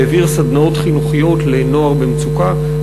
העביר סדנאות חינוכיות לנוער במצוקה,